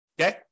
Okay